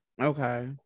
Okay